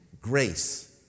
grace